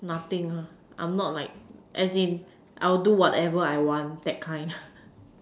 nothing ah I am not like as in I will do whatever I want that kind